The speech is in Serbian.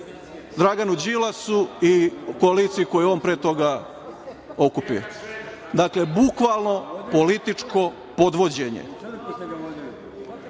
Draganu Đilasu i koaliciji koju je on pre toga okupio. Dakle, bukvalno političko podvođenje.